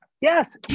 Yes